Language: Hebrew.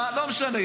לא משנה.